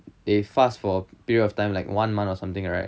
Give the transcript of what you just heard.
they fast for a period of time like one month or something right